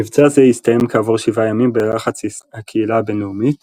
מבצע זה הסתיים כעבור שבעה ימים בלחץ הקהילה הבינלאומית